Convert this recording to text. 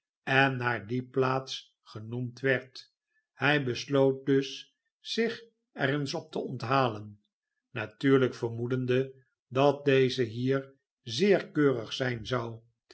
en naar die plaats genoemd werd hij besloot dus zich er eens op te onthalen natuurlijk vermoedende dat deze hier zeer keurig zijn zou